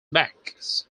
backs